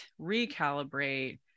recalibrate